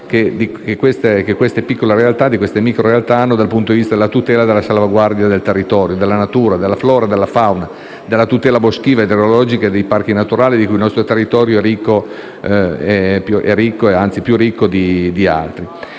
anche l'importanza che queste microrealtà hanno anche dal punto di vista della tutela e della salvaguardia del territorio, della natura, della flora e della fauna, della tutela boschiva, idrogeologica e dei parchi naturali, di cui il nostro territorio è ricco come pochi altri.